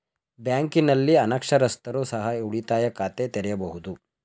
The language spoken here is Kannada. ಬ್ಯಾಂಕಿನಲ್ಲಿ ಅನಕ್ಷರಸ್ಥರು ಸಹ ಉಳಿತಾಯ ಖಾತೆ ತೆರೆಯಬಹುದು?